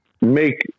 make